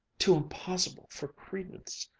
too impossible for credence.